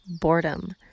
Boredom